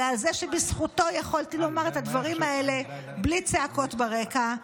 אלא על זה שבזכותו יכולתי לומר את הדברים האלה בלי צעקות ברקע.